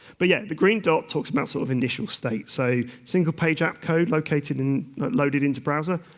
but yes, the green dot talks about sort of initial state, so single-page app code located and located into browser,